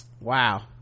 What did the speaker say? wow